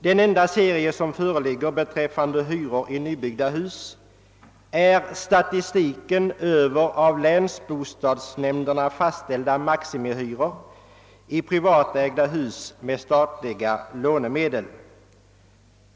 Den enda serie som föreligger beträffande hyror i nybyggda hus är statistiken över av länsbostadsnämnderna fastställda maximihyror i privatägda hus med statliga lånemedel.